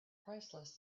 priceless